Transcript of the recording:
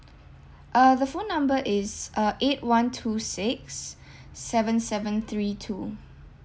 uh the phone number is uh eight one two six seven seven three two